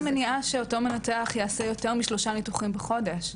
מה המניעה שאותו המנתח יעשה יותר משלושה ניתוחים בחודש?